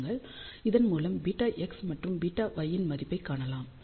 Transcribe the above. இதன் மூலம் βx மற்றும் βy இன் மதிப்பைக் காணலாம்